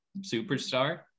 superstar